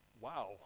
Wow